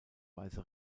weise